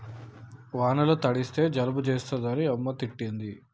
వానల తడిస్తే జలుబు చేస్తదని అమ్మ తిట్టింది